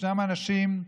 ישנם אנשים,